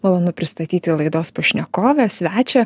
malonu pristatyti laidos pašnekovę svečią